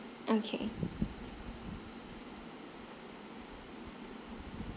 okay